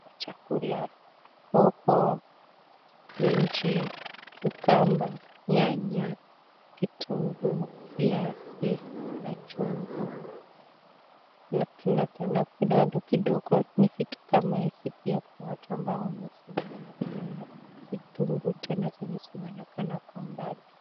Machakula, hoho, minji, cucumber nyanya, kitunguu, viazi na chungwa na tena mbali kidogo ni vitu kama hizi, pia kuna watu ambao wamesimama, tunaona vitunguu tena zenye zimeonekana kwa mbali.